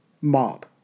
mob